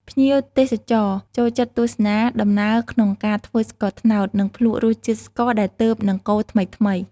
ភ្ញៀវទេសចរចូលចិត្តទស្សនាដំណើរក្នុងការធ្វើស្ករត្នោត និងភ្លក្សរសជាតិស្ករដែលទើបនឹងកូរថ្មីៗ។